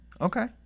Okay